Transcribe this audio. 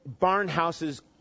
Barnhouse's